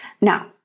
Now